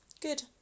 Good